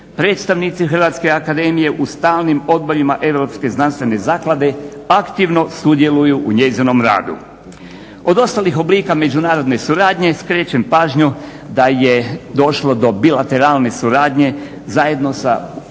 predstavnici Hrvatske akademije u stalnim odborima Europske znanstvene zaklade aktivno sudjeluju u njezinom radu. Od ostalih oblika međunarodne suradnje skrećem pažnju da je došlo do bilateralne suradnje zajedno sa 35